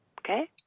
Okay